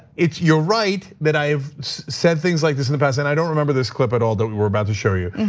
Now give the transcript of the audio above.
you're right that i've said things like this in the past. and i don't remember this clip at all that we were about to show you.